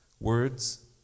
words